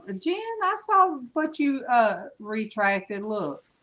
ah jan i saw what you retracted. look